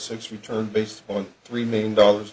six return based on three million dollars